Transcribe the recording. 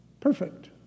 Perfect